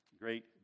great